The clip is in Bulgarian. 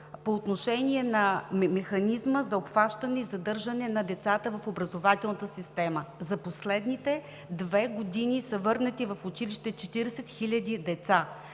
по отношение на механизма за обхващане и задържане на децата в образователната система. За последните две години в училище са